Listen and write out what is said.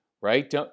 right